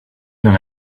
dans